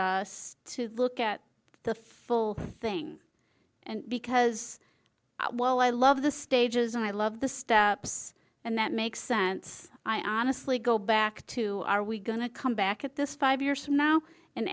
just to look at the full thing and because while i love the stages i love the steps and that makes sense i honestly go back to are we going to come back at this five years from now and